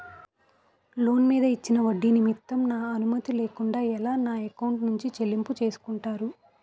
Loan మీద ఇచ్చిన ఒడ్డి నిమిత్తం నా అనుమతి లేకుండా ఎలా నా ఎకౌంట్ నుంచి చెల్లింపు చేసుకుంటారు?